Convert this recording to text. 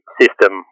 system